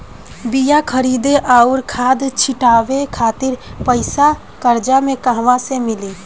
बीया खरीदे आउर खाद छिटवावे खातिर पईसा कर्जा मे कहाँसे मिली?